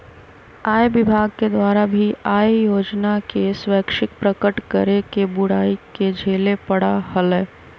आय विभाग के द्वारा भी आय योजना के स्वैच्छिक प्रकट करे के बुराई के झेले पड़ा हलय